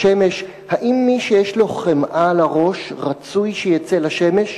בשמש: האם מי שיש לו חמאה על הראש רצוי שיצא לשמש?